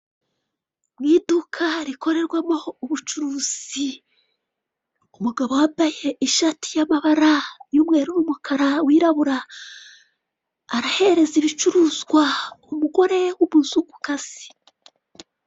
Mu iduka rikorerwamo ubucuruzi, umugabo wambaye ishati y'amabara y'umweru n'umukara, wirabura arahereza ibicuruzwa umugore w'umuzungu kazi.